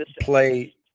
play